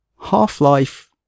Half-Life